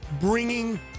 bringing